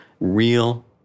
real